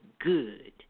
good